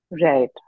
Right